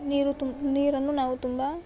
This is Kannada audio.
ನೀರು ತುಂ ನೀರನ್ನು ನಾವು ತುಂಬ